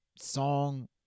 song